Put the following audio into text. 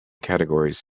categories